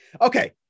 Okay